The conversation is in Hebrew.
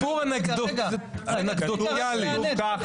סיפרו אנקדוטה, אנקדוטלי.